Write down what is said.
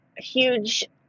huge